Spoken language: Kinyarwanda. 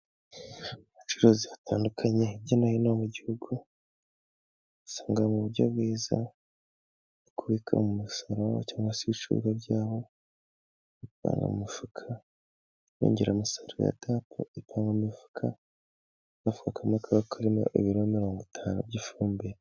Abacuruzi batandukanye hirya no hino mu gihugu, usanga mu buryo bwiza bwo kubika umusaruro cyangwa se ibicuruzwa byabo babipanga mu mifuka. Inyongeramusaruro ya dapu iva mu mifuka, agafuka kamwe kaba karimo ibiro mirongo itanu by'ifumbire.